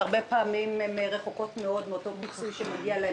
שהרבה פעמים רחוקות מאוד מן הפיצוי שמגיע להם,